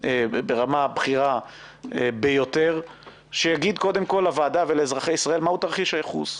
ברמה בכירה ביותר שיגיד לוועדה ולאזרחי ישראל מהו תרחיש הייחוס.